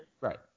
Right